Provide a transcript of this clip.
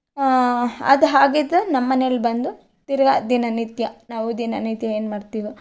ಅದು ಆಗಿದ್ದು ನಮ್ಮ ಮನೆಯಲ್ಲಿ ಬಂದು ತಿರುಗ ದಿನ ನಿತ್ಯ ನಾವು ದಿನ ನಿತ್ಯ ಏನು ಮಾಡ್ತೀವಿ